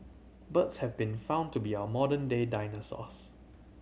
birds have been found to be our modern day dinosaurs